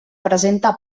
presenta